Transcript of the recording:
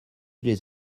les